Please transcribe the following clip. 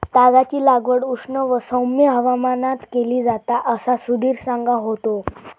तागाची लागवड उष्ण व सौम्य हवामानात केली जाता असा सुधीर सांगा होतो